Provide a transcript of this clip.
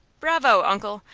bravo, uncle!